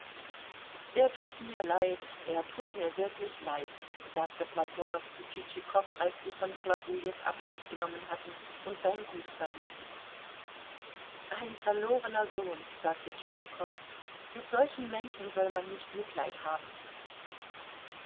er tut mir leid er tut mir wirklich leid sagte platonow zu tschitschikow als sie von chlobujew abschied genommen hatten und sein gut verließen ein verlorener sohn sagte tschitschikow mit solchen menschen soll man nicht mitleid haben